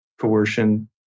coercion